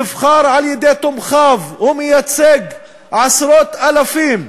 נבחר על-ידי תומכיו, הוא מייצג עשרות אלפים.